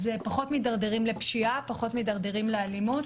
אז פחות מתדרדרים לפשיעה, פחות מתדרדרים לאלימות,